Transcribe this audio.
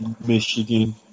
Michigan